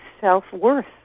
self-worth